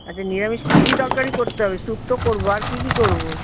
আচ্ছা নিরামিষ কী কী তরকারি করতে হবে শুক্তো করব আর কী কী করব